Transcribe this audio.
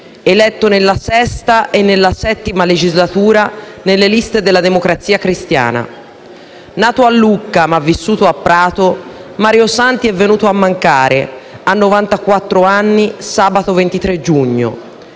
eletto nella VI e nella VII legislatura nelle liste della Democrazia Cristiana. Nato a Lucca ma vissuto a Prato, Mario Santi è venuto a mancare a novantaquattro anni sabato 23 giugno,